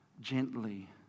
gently